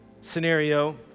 scenario